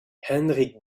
hendrik